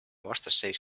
vastasseis